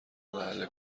محل